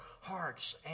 hearts